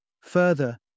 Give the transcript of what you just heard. Further